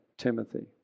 Timothy